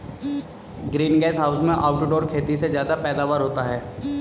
green gas house में outdoor खेती से ज्यादा पैदावार होता है